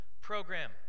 program